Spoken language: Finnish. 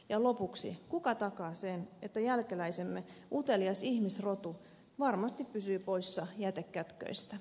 ja lopuksi kuka takaa sen että jälkeläisemme utelias ihmisrotu varmasti pysyy poissa jätekätköistä